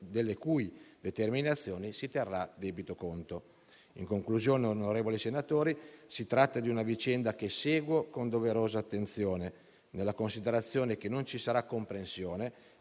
delle cui determinazioni si terrà debito conto. In conclusione, onorevoli senatori, si tratta di una vicenda che seguo con doverosa attenzione, nella considerazione che non ci sarà comprensione